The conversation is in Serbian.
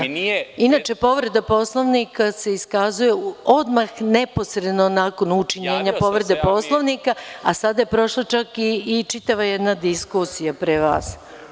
Inače, povreda Poslovnika se iskazuje odmah neposredno nakon učinjene povrede Poslovnika, a sada je prošlo čak i čitava jedna diskusija pre vas.